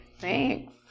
Thanks